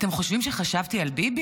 אתם חושבים שחשבתי על ביבי?